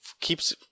keeps